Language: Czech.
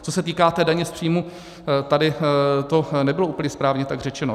Co se týká té daně z příjmu, tady to nebylo úplně správně tak řečeno.